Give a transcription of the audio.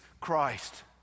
Christ